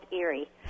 eerie